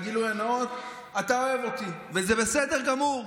גילוי נאות: אתה אוהב אותי, וזה בסדר גמור.